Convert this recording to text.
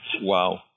Wow